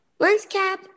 Lenscap